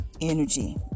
energy